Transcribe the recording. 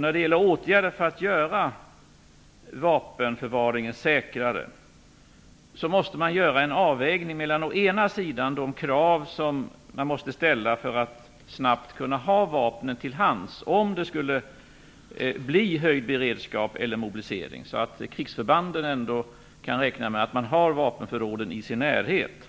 När det gäller åtgärder för att göra vapenförvaringen säkrare måste man göra en avvägning mellan å ena sidan de krav som måste ställas för att snabbt kunna ha vapnen till hands om det skulle bli höjd beredskap eller mobilisering - krigsförbanden måste ändå kunna räkna med att ha vapenförråden i sin närhet